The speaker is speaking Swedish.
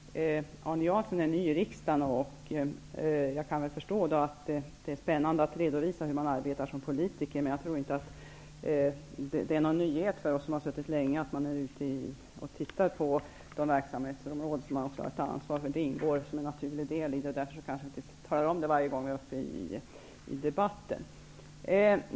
Herr talman! Arne Jansson är ny i riksdagen. Jag kan förstå att det är spännande att redovisa hur man arbetar som politiker. Men jag tror inte att det är någon nyhet för oss som suttit länge i riksdagen att titta på de verksamhetsområden som man har ett ansvar för. Det ingår som en naturlig del, och vi talar därför inte alltid om det i debatten.